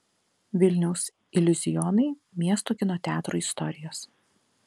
vilniaus iliuzionai miesto kino teatrų istorijos